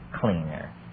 cleaner